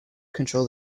control